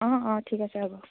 অঁ অঁ ঠিক আছে হ'ব